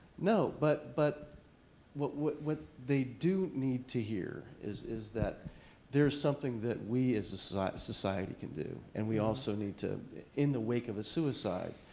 no. but but what what they do need to hear is is that there's something that we as a society society can do. and we also need to in the wake of a suicide,